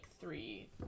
three